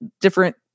different